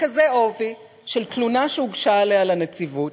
בכזה עובי, של תלונה שהוגשה עליה לנציבות.